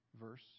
verse